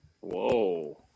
Whoa